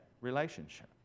relationship